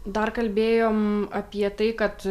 dar kalbėjom apie tai kad